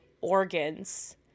organs